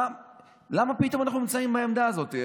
למה פתאום אנחנו נמצאים בעמדה הזאת?